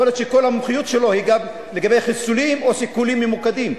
יכול להיות שכל המומחיות היא לגבי חיסולים או סיכולים ממוקדים.